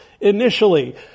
initially